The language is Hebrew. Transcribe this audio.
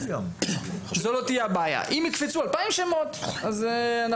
אם יקפצו 2,000 שמות, אז אנחנו באמת נצטרך לשקול.